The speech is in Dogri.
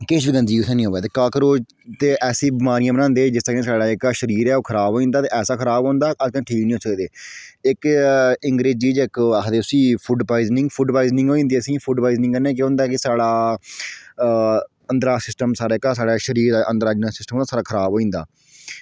किश बी चीज अंदर निं आवै ते कॉक्रोच ऐसियां बमारियां बनांदे की जिस कन्नै एह् जेह्का साढ़ा शरीर ऐ ते खराब होई जंदा ते ऐसा खराब होई जंदा की अस कदें ठीक निं होई सकदे ते इक अंग्रेजी च आक्खदे फूड प्वाइजनिंग फूड प्वाइजनिंग होई जंदी असेंगी फूड प्वाइजनिंग कन्नै केह् होंदा की साढ़ा अंदरा सिस्टम जेह्क इन्ना अंदरा सिस्टम ओह् सारा खराब होई जंदा